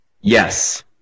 Yes